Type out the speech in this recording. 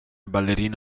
ballerino